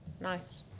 nice